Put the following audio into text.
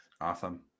Awesome